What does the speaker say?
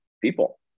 People